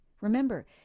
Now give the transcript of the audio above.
Remember